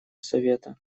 совета